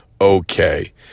okay